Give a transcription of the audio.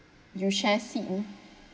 you share seat with